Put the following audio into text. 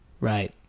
right